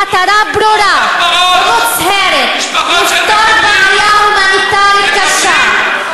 במטרה ברורה ומוצהרת: לפתור בעיה הומניטרית קשה,